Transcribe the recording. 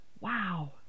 Wow